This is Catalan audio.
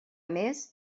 més